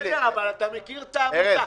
אתה מכיר את העמותה.